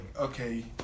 okay